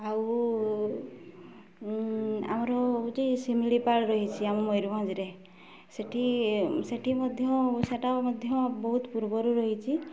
ଆଉ ଆମର ହେଉଛି ଶିମିଳିପାଳ ରହିଛି ଆମ ମୟୂରଭଞ୍ଜରେ ସେଠି ସେଠି ମଧ୍ୟ ସେଟା ମଧ୍ୟ ବହୁତ ପୂର୍ବରୁ ରହିଛି